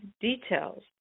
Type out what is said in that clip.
details